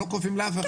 הם לא כופים לאף אחד.